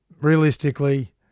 realistically